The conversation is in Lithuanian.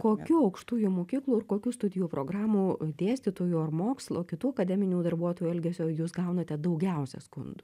kokių aukštųjų mokyklų ir kokių studijų programų dėstytojų ar mokslo kitų akademinių darbuotojų elgesio jūs gaunate daugiausia skundų